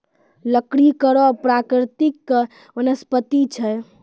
लकड़ी कड़ो प्रकृति के वनस्पति छै